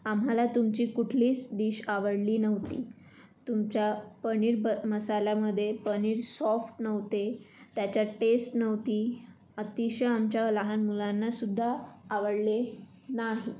आम्हाला तुमची कुठलीच डिश आवडली नव्हती तुमच्या पनीर ब मसालामधे पनीर सॉफ्ट नव्हते त्याच्यात टेस्ट नव्हती अतिशय आमच्या लहान मुलांनासुद्धा आवडले नाही